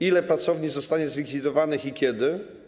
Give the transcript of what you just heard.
Ile pracowni zostanie zlikwidowanych i kiedy?